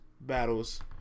battles